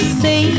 say